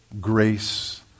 grace